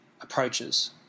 approaches